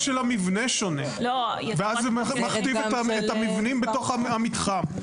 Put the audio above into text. הרוחב של המבנה שונה ואז זה מכתיב את המבנים בתוך המתחם.